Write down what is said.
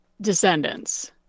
descendants